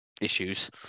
issues